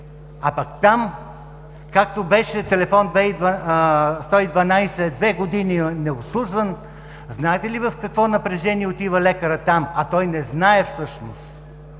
а пък там, както беше телефон 112 две години необслужван, знаете ли в какво напрежение отива лекарят там? А той не знае всъщност,